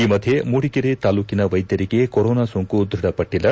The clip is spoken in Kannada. ಈ ಮಧ್ಯೆ ಮೂಡಿಗೆರೆ ತಾಲ್ಲೂಕಿನ ವೈದ್ಯರಿಗೆ ಕರೊನಾ ಸೋಂಕು ದೃಢಪಟ್ಟಿಲ್ಲ